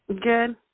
Good